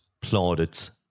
plaudits